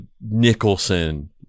Nicholson